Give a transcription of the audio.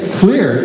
clear